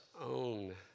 own